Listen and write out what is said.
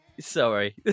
sorry